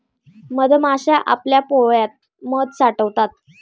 मधमाश्या आपल्या पोळ्यात मध साठवतात